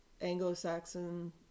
Anglo-Saxon